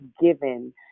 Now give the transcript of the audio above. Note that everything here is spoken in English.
given